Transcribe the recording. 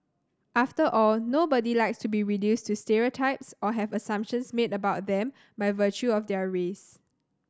after all nobody likes to be reduced to stereotypes or have assumptions made about them by virtue of their race